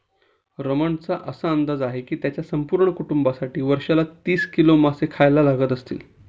रमणचा असा अंदाज आहे की त्याच्या संपूर्ण कुटुंबासाठी वर्षाला तीस किलो मासे खायला लागत असतील